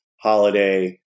holiday